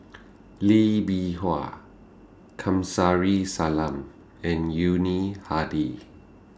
Lee Bee Wah Kamsari Salam and Yuni Hadi